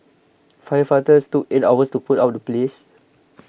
firefighters took eight hours to put out the blaze